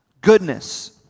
goodness